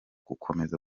gukomeza